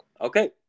Okay